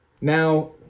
Now